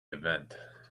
event